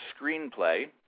screenplay